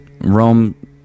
Rome